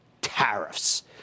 Tariffs